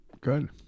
Good